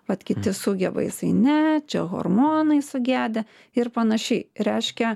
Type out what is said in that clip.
vat kiti sugeba jisai ne čia hormonai sugedę ir panašiai reiškia